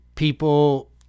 People